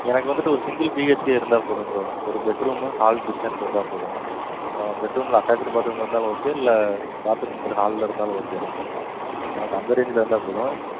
எனக்கு வந்துட்டு ஒரு சிங்கிள் பிஹெச்கே இருந்தால் போதும் ப்ரோ ஒரு பெட்ரூமு ஹால் கிச்சன் இருந்தால் போதும் பெட்ரூமில் அட்டாச்சிடு பாத்ரூம் இருந்தாலும் ஓகே இல்லை பாத்ரூம் வந்துட்டு ஹாலில் இருந்தாலும் ஓகே தான் எனக்கு அந்த ரேஞ்சில் இருந்தால் போதும்